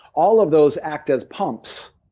all of those act as pumps,